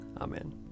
Amen